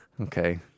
Okay